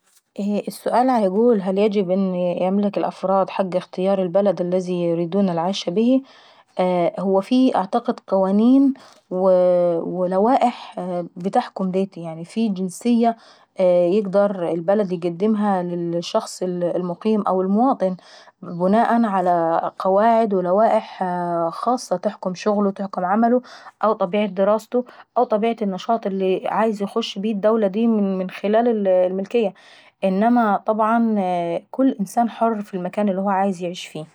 السؤال بيقول هل يجب ان يملك الافراد حق ااختيار البلد الذي يريدون العيش به؟ هو في اعتقد قوانين ولوائح بتحمكم ديتي، في جنسية يقدر البلد ايقدمها للشخص المقيم او المواطن بناءا على قواعد ولوائح خاصة تحكم شغله وتحكم عمله او طبيعة دراسته، او طبيعة النشاط الي عايز يخش بيه الدولة داي من خلال الملكية. انما طبعا كل انسان حر في المكان اللي هو عايز يعيش فيه.